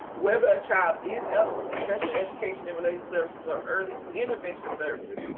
whether a child is eligible for special education and related services, or early intervention services,